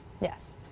Yes